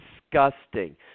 disgusting